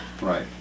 Right